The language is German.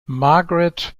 margaret